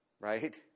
right